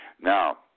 Now